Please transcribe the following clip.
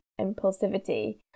impulsivity